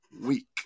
week